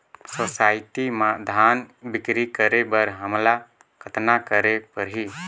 Society म धान बिक्री करे बर हमला कतना करे परही?